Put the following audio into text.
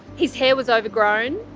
his hair was overgrown.